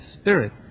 spirit